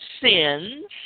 sins